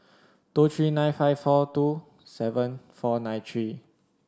two three nine five four two seven four nine three